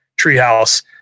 treehouse